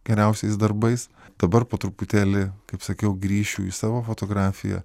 geriausiais darbais dabar po truputėlį kaip sakiau grįšiu į savo fotografiją